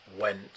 went